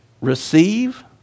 receive